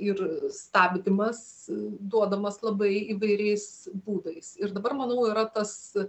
ir stabdymas duodamas labai įvairiais būdais ir dabar manau yra tas